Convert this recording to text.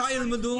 מתי ילמדו?